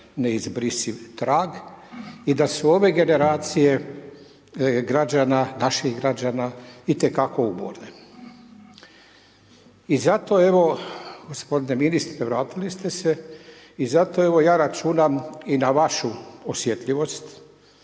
neizbrisiv trag i da su ove generacije, građana, naših građana itekako …/Govornik se ne razumije./… I zato, evo gospodine ministre, vratili ste se i zato evo ja računam i na vašu osjetljivost,